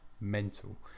mental